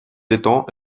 étangs